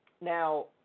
Now